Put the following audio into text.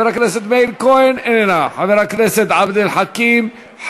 חבר הכנסת מאיר כהן,